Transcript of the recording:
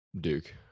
Duke